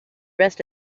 rest